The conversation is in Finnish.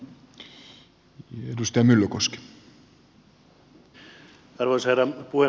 arvoisa herra puhemies